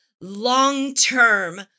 long-term